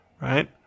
right